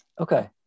okay